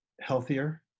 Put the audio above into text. healthier